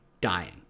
dying